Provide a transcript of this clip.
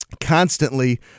constantly